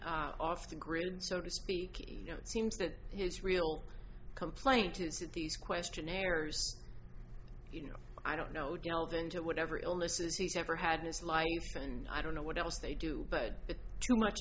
information off the grid so to speak you know it seems that his real complaint is that these questionnaires you know i don't know delve into whatever illnesses he's ever had in his life and i don't know what else they do but it's too much